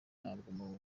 ntabwo